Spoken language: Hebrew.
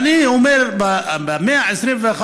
ואני אומר: במאה ה-21,